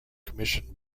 commissioned